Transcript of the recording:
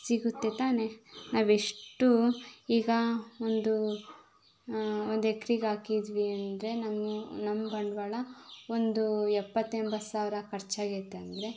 ಸಿಗುತ್ತೆ ತಾನೇ ನಾವೆಷ್ಟು ಈಗ ಒಂದು ಒಂದೆಕ್ರೆಗೆ ಹಾಕಿದ್ವಿ ಅಂದರೆ ನಮ್ಮ ನಮ್ಮ ಬಂಡವಾಳ ಒಂದು ಎಪ್ಪತ್ತು ಎಂಬತ್ತು ಸಾವಿರ ಖರ್ಚಾಗೈತೆ ಅಂದರೆ